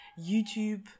YouTube